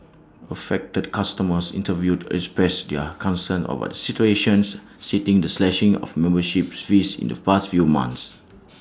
affected customers interviewed expressed their concern over the situation citing the slashing of membership fees in the past few months